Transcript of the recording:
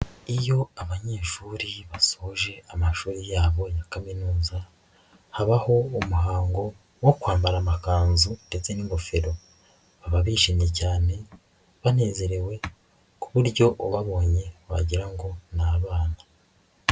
Iyo abanyeshuri basoje amashuri yabo ya kaminuza habaho umuhango wo kwambara amakanzu ndetse n'ingofero, baba bishimye cyane banezerewe ku buryo ubabonye wagira ngo n'abana.